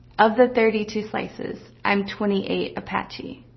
of the thirty two slices, i'm twenty eight apache.